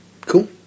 Cool